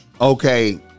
Okay